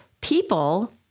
people